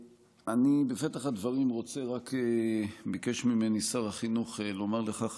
בפתח הדברים ביקש ממני שר החינוך לומר לך,